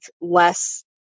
less